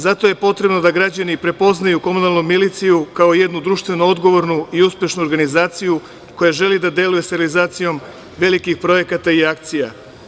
Zato je potrebno da građani prepoznaju komunalnu miliciju, kao jednu društveno odgovornu i uspešnu organizaciju koja želi da deluje sa realizacijom velikih projekata i akcija.